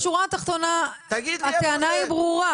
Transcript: הטענה ברורה